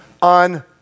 on